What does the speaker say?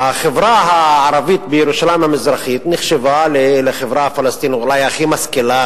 החברה הערבית בירושלים המזרחית נחשבה לחברה הפלסטינית אולי הכי משכילה,